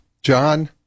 John